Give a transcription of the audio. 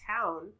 town